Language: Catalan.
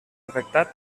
afectat